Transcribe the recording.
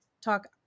talk